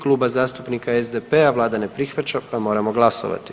Kluba zastupnika SDP-a vlada ne prihvaća, pa moramo glasovati.